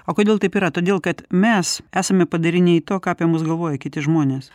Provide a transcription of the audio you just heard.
o kodėl taip yra todėl kad mes esame padariniai to ką apie mus galvoja kiti žmonės